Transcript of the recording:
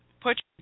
put